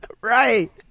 Right